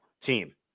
team